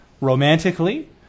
romantically